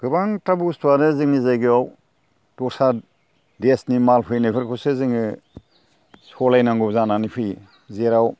गोबांथा बुस्तुआनो जोंनि जायगायाव दस्रा देसनि माल फैनायफोरखौसो जोङो सालायनांगौ जानानै फैयो जेराव